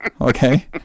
okay